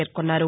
పేర్కొన్నారు